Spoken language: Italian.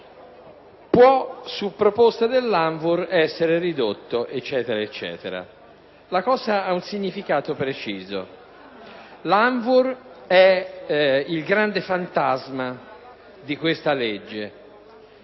«può, su proposta dell'ANVUR, essere ridotto». La cosa ha un significato preciso. L'ANVUR è il grande fantasma di questo disegno